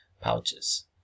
pouches